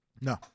No